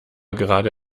gerade